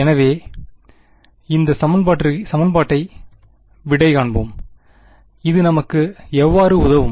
எனவே இந்த சமன்பாட்டிற்கு விடைகாண்போம் இது நமக்கு எவ்வாறு உதவும்